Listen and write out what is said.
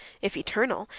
if eternal,